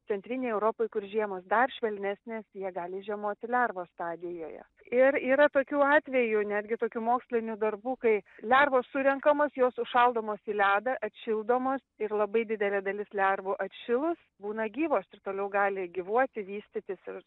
centrinėj europoj kur žiemos dar švelnesnės jie gali žiemoti lervos stadijoje ir yra tokių atvejų netgi tokių mokslinių darbų kai lervos surenkamos jos užšaldomos į ledą atšildomos ir labai didelė dalis lervų atšilus būna gyvos ir toliau gali gyvuoti vystytis ir